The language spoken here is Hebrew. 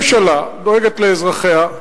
ממשלה דואגת לאזרחיה,